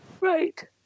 Right